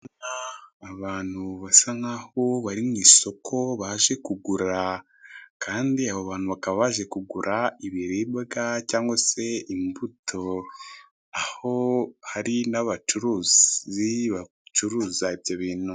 Abantu basa nkaho bari mu isoko, baje kugura kandi abo bantu bakaba baje kugura, ibiribwaga cyangwa se imbuto, aho hari n'abacuruzi bacuruza ibyo bintu.